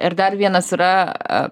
ir dar vienas yra